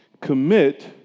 commit